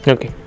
Okay